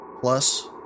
Plus